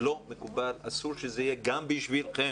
לא מקובל, אסור שזה יהיה, גם בשבילכם.